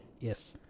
Yes